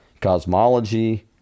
cosmology